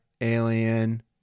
Alien